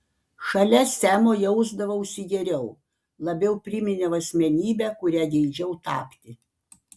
šalia semo jausdavausi geriau labiau priminiau asmenybę kuria geidžiau tapti